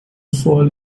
سوال